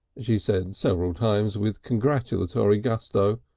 she said several times, with congratulatory gusto,